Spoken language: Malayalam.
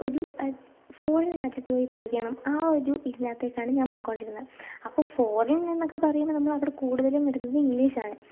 ഒരു ഫോറിൻ രാജ്യത്തുപോയി പഠിക്കണം ആ ഒരു ഇതിനകത്തേക്കാണ് ഞാൻ പോയിക്കൊണ്ടിരുന്നത് അപ്പോൾ ഫോറിൻ എന്നൊക്കെ പറയുമ്പോൾ നമ്മൾ അവിടെ കൂടുതലും മിണ്ടുന്നത് ഇംഗ്ലീഷ് ആണ്